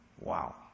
Wow